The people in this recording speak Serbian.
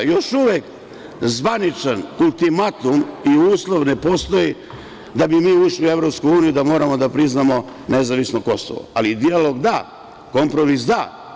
Još uvek zvaničan ultimatum i uslov ne postoji da bi mi ušli u EU da moramo da priznamo nezavisno Kosovo, ali dijalog da, kompromis da.